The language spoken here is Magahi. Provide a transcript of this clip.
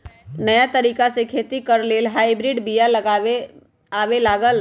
नयाँ तरिका से खेती करे लेल हाइब्रिड बिया आबे लागल